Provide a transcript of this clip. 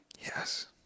Yes